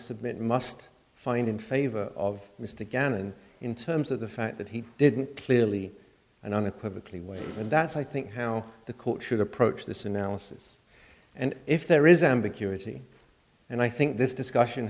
submit must find in favor of mr gannon in terms of the fact that he didn't clearly and unequivocally way and that's i think how the court should approach this analysis and if there is ambiguity and i think this discussion